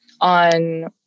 on